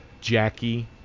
Jackie